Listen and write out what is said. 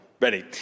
Ready